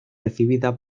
recibida